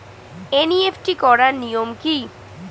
NEFT করার নিয়ম কী?